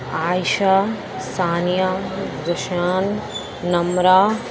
Aisha Sania Zeeshan Nimra